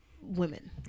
women